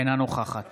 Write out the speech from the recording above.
אינה נוכחת